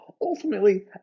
ultimately